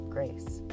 grace